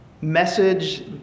message